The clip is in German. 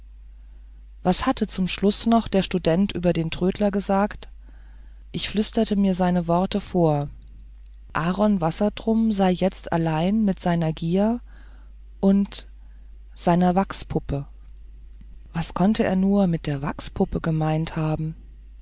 was hatte zum schluß noch der student über den trödler gesagt ich flüsterte mir seine worte vor aaron wassertrum sei jetzt allein mit seiner gier und seiner wachspuppe was kann er nur mit der wachspuppe gemeint haben